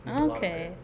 Okay